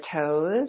toes